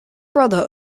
brother